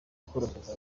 bworohereza